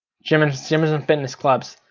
gyms gyms and fitness clubs.